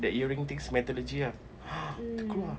that earring things methodology ah